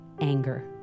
anger